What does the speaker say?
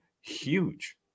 huge